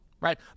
right